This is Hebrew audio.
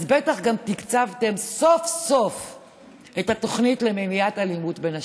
אז בטח גם תקצבתם סוף-סוף את התוכנית למניעת אלימות כלפי נשים.